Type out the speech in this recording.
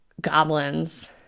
goblins